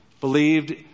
believed